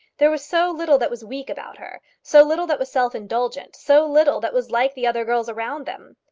there was so little that was weak about her, so little that was self-indulgent, so little that was like the other girls around them!